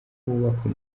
hubakwa